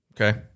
Okay